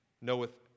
knoweth